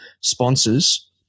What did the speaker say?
sponsors